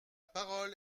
parole